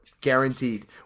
Guaranteed